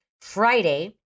Friday